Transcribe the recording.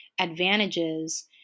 advantages